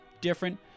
different